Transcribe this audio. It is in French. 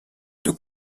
tout